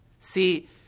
See